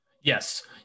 Yes